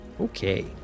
Okay